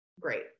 great